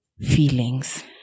feelings